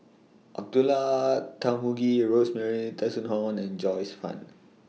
Abdullah Tarmugi Rosemary Tessensohn and Joyce fan